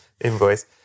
invoice